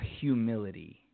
Humility